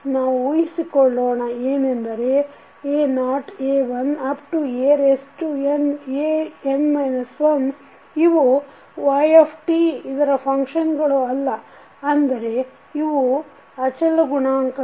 ನಾವು ಉಹಿಸಿಕೊಳ್ಳೋಣ ಏನೆಂದರೆ a0 a1 an 1 ಇವು y ಇದರ ಫಂಕ್ಷನ್ ಗಳು ಅಲ್ಲ ಅಂದರೆ ಇವು ಅಚಲ ಗುಣಾಂಕಗಳು